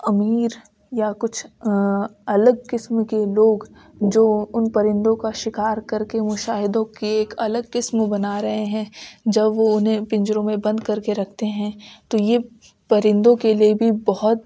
امیر یا کچھ الگ قسم کے لوگ جو ان پرندوں کا شکار کر کے مشاہدوں کی ایک الگ قسم بنا رہے ہیں جب وہ انہیں پنجروں میں بند کر کے رکھتے ہیں تو یہ پرندوں کے لیے بھی بہت